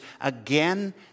again